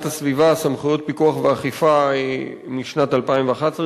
הסביבה (סמכויות פיקוח ואכיפה) משנת 2011,